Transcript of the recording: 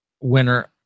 winner